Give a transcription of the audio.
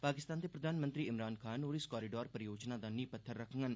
पाकिस्तान दे प्रधान मंत्री इमरान खान होर इस कारीडोर परियोजना दा नींह पत्थर रखंडन